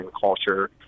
culture